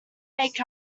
make